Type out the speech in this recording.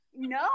No